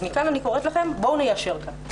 מכאן אני קוראת לכם: בואו ניישר קו.